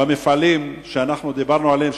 במפעלים שאנחנו דיברנו עליהם,